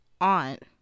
aunt